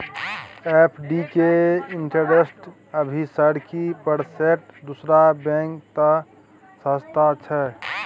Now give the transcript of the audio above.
FD के interest अभी sir की परसेंट दूसरा बैंक त सस्ता छः?